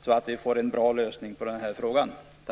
för att vi skall få en bra lösning på problemet.